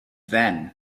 then